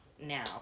now